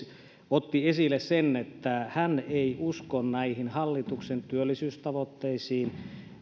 otti esille sen että hän ei usko näihin hallituksen työllisyystavoitteisiin